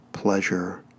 Pleasure